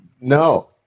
No